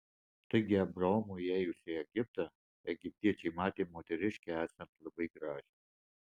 taigi abraomui įėjus į egiptą egiptiečiai matė moteriškę esant labai gražią